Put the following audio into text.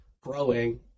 growing